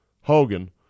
Hogan